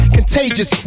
Contagious